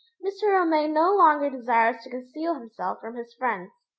mr. romayne no longer desires to conceal himself from his friends.